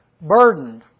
burdened